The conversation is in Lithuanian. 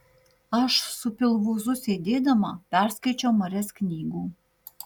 aš su pilvūzu sėdėdama perskaičiau marias knygų